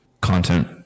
content